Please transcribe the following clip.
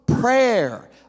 Prayer